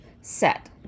Set